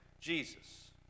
Jesus